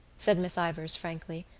said miss ivors frankly.